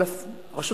אבל הרשות